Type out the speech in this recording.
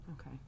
Okay